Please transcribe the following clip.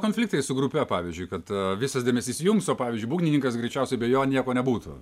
konfliktai su grupe pavyzdžiui kad visas dėmesys jums o pavyzdžiui būgnininkas greičiausiai be jo nieko nebūtų